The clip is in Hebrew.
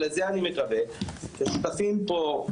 ולזה אני מקווה שהשותפים פה,